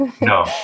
No